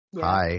Hi